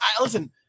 Listen